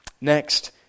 Next